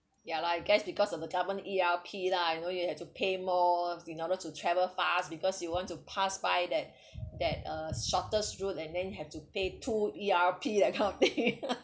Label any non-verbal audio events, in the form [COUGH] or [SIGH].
ya lah I guess because of the government E_R_P lah you know you have to pay more in order to travel fast because you want to pass by that that uh shortest road and then you have to pay two E_R_P that kind of thing [LAUGHS]